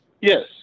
Yes